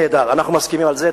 נהדר, אנחנו מסכימים על זה.